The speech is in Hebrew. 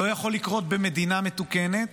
שלא יכול לקרות במדינה מתוקנת,